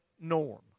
norm